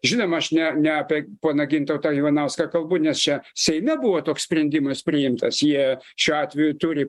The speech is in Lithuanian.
žinoma aš ne ne apie poną gintautą ivanauską kalbu nes čia seime buvo toks sprendimas priimtas jie šiuo atveju turi